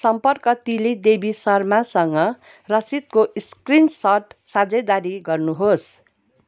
सम्पर्क तिली देवी शर्मासँग रसिदको स्क्रिनसट साझेदारी गर्नुहोस्